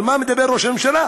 על מה מדבר ראש הממשלה?